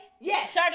Yes